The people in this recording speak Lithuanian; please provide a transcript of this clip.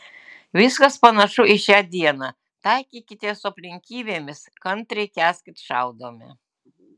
viskas panašu į šią dieną taikykitės su aplinkybėmis kantriai kęskit šaudomi